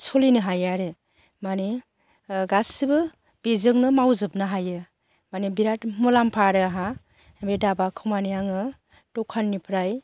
सलिनो हायो आरो मानि गासिबो बेजोंनो मावजोबनो हायो मानि बिराद मुलाम्फा आरो आंहा बे दाबाखौ मानि आङो दखाननिफ्राय